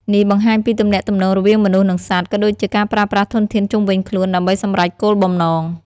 នេះបង្ហាញពីទំនាក់ទំនងរវាងមនុស្សនិងសត្វ ក៏ដូចជាការប្រើប្រាស់ធនធានជុំវិញខ្លួនដើម្បីសម្រេចគោលបំណង។